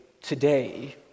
today